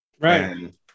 Right